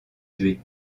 tué